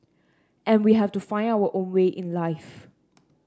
and we have to find our own way in life